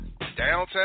Downtown